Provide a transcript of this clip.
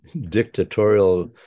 dictatorial